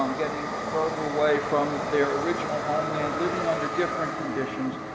um getting further away from their original homeland, living under different conditions,